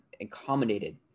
accommodated